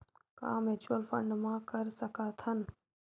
का mutual fund म कर सकत हन?